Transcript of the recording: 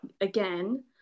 again